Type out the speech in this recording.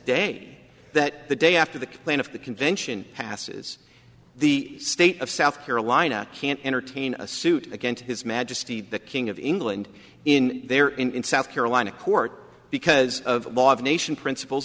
day that the day after the plane of the convention passes the state of south carolina can't entertain a suit against his majesty the king of england in there in south carolina court because of nation principles